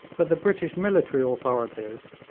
but the british military authorities,